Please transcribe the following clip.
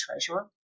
treasurer